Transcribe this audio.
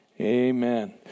amen